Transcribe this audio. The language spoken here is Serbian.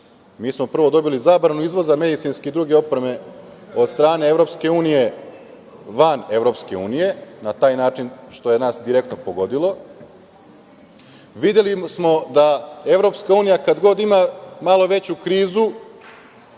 Mi smo prvo dobili zabranu izvoza medicinske i druge opreme od strane EU van EU, na taj način što je nas direktno pogodilo. Videli smo da EU, kad god ima malo veću krizu,